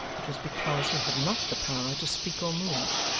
it was because he had not the power to speak or move.